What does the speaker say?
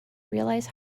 realize